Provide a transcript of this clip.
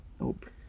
Nope